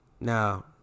Now